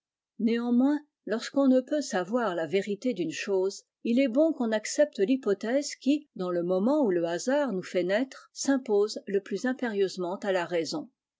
ôanmoins lorsqu'on ne peut savoir la vérité d'une chose il est bon qu'on accepte rhypothèse qui dans le moment où le hasard nous fait naître s'impose le plus impérieusement à la raison